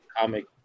comic